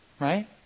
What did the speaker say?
Right